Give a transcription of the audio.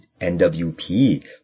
NWP